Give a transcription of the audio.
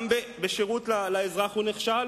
גם בשירות לאזרח הוא נכשל